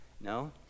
No